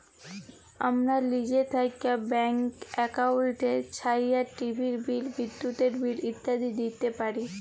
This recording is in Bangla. আমরা লিজে থ্যাইকে ব্যাংক একাউল্টের ছাহাইয্যে টিভির বিল, বিদ্যুতের বিল ইত্যাদি দিইতে পারি